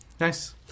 Nice